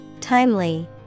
Timely